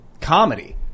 comedy